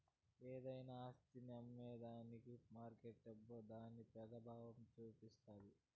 ఏదైనా ఆస్తిని అమ్మేదానికి మార్కెట్పై దాని పెబావం సూపిస్తాది